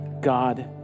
God